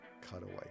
cutaway